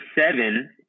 seven